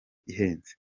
ihenze